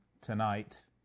tonight